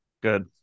Good